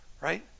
right